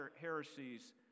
heresies